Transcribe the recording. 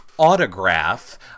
autograph